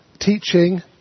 teaching